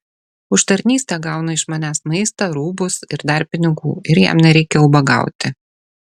už tarnystę gauna iš manęs maistą rūbus ir dar pinigų ir jam nereikia ubagauti